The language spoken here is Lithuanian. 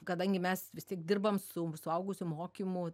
kadangi mes vis tiek dirbam su suaugusių mokymu